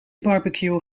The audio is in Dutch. barbecueën